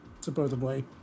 supposedly